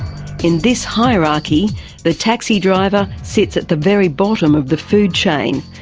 in this hierarchy the taxi driver sits at the very bottom of the food chain,